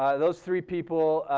those three people,